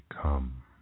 come